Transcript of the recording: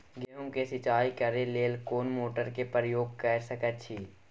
गेहूं के सिंचाई करे लेल कोन मोटर के प्रयोग कैर सकेत छी?